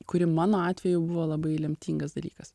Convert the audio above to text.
kuri mano atveju buvo labai lemtingas dalykas